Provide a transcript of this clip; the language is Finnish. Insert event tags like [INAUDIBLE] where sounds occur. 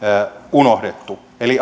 unohdettu eli [UNINTELLIGIBLE]